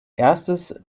erstes